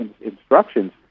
instructions